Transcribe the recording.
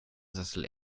sessel